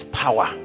power